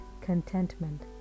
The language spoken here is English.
contentment